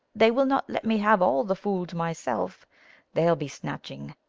they will not let me have all the fool to myself they'll be snatching.